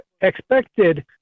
expected